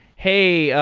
hey,